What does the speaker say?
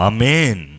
Amen